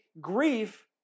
grief